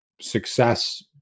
success